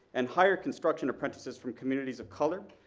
and hire construction apprentices from communities of color,